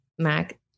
Mac